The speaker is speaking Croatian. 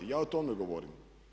Ja o tome govorim.